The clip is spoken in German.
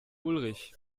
ulrich